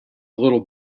little